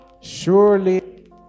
surely